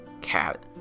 cat